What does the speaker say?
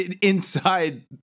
inside